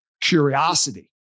curiosity